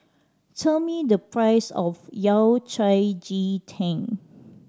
tell me the price of Yao Cai ji tang